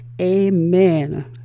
Amen